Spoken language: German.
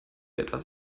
etwas